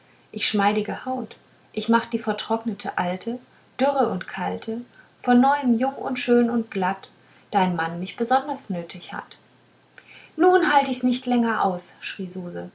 ich schmeidige haut und mach die vertrocknete alte dürre und kalte von neuem jung und schön und glatt dein mann mich besonders nötig hat nun halt ich's nicht länger aus schrie